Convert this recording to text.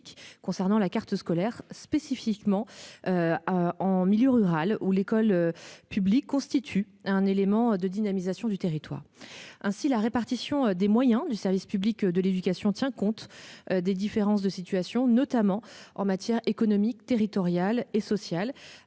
concernant la carte scolaire spécifiquement. En milieu rural où l'école publique constitue un élément de dynamisation du territoire. Ainsi, la répartition des moyens du service public de l'éducation tient compte. Des différences de situation, notamment en matière économique territoriale et sociale